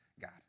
God